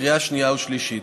לקריאה שנייה ושלישית.